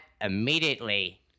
immediately